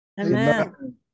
Amen